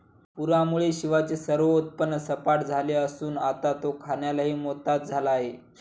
पूरामुळे शिवाचे सर्व उत्पन्न सपाट झाले असून आता तो खाण्यालाही मोताद झाला आहे